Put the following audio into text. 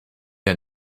der